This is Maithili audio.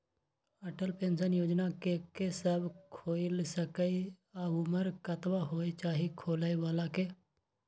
अटल पेंशन योजना के के सब खोइल सके इ आ उमर कतबा होय चाही खोलै बला के?